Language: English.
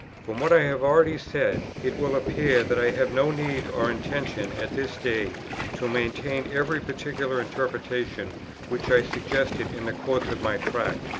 from what i have already said, it will appear that i have no need or intention at this day to maintain every particular interpretation which i suggested in the course of my tract,